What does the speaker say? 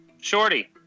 shorty